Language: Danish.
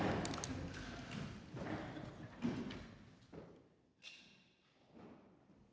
Tak